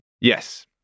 Yes